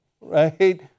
right